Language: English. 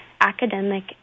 academic